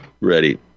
ready